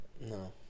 No